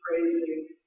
praising